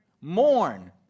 mourn